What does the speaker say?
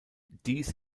dies